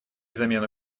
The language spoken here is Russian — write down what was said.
замену